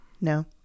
No